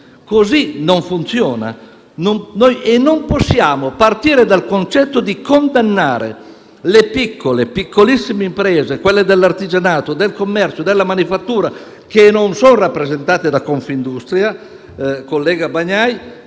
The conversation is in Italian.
Così non funziona e non possiamo partire dal concetto di condannare le piccole e piccolissime imprese, quelle dell'artigianato, del commercio e della manifattura, che non sono rappresentate da Confindustria, collega Bagnai,